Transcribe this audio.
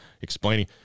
explaining